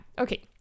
okay